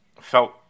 felt